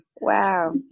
Wow